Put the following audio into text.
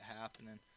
happening